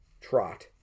trot